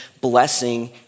blessing